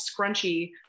scrunchy